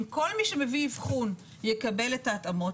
אם כל מי שמביא אבחון יקבל את ההתאמות,